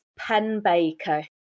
Penbaker